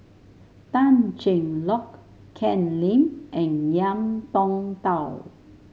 Tan Cheng Lock Ken Lim and Ngiam Tong Dow